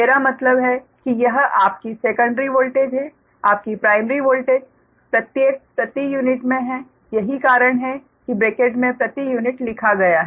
मेरा मतलब है कि यह आपकी सेकंडरी वोल्टेज है आपकी प्राइमरी वोल्टेज प्रत्येक प्रति यूनिट में है यही कारण है कि ब्रैकेट मे प्रति यूनिट लिखा गया है